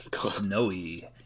snowy